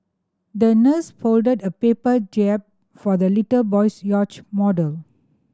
the nurse folded a paper jib for the little boy's yacht model